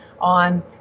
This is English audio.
on